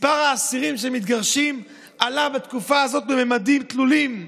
מספר האסירים שמתגרשים עלה בתקופה הזאת בממדים גדולים,